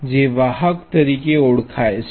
જે વાહક તરીકે ઓળખાય છે